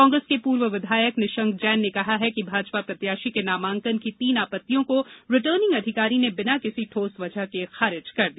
कांग्रेस के पूर्व विधायक निशंक जैन ने कहा कि भाजपा प्रत्याशी के नामांकन की तीन आपत्तियों को रिटर्निंग अधिकारी ने बिना किसी ठोस वजह के खारिज कर दिया